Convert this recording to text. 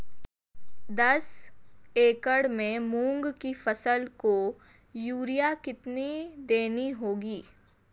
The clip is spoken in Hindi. दस एकड़ में मूंग की फसल को यूरिया कितनी देनी होगी?